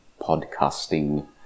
podcasting